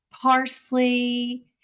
parsley